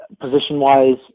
Position-wise